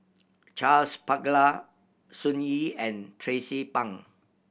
Charles Paglar Sun Yee and Tracie Pang